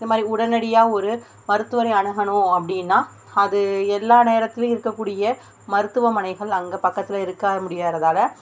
இந்த மாதிரி உடனடியாக ஒரு மருத்துவரை அணுகணும் அப்படின்னா அது எல்லா நேரத்துலேயும் இருக்கக்கூடிய மருத்துவமனைகள் அங்கே பக்கத்திலே இருக்க முடிகிறதால